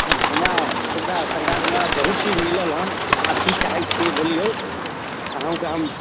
हँ तऽ हमरा सुविधा सरकारके द्वारा बहुत चीज मिलल हँ अहाँ कि चाहै छी बोलिऔ अहूँके हम